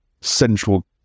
central